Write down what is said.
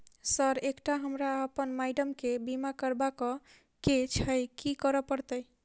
Sir एकटा हमरा आ अप्पन माइडम केँ बीमा करबाक केँ छैय की करऽ परतै?